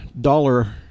dollar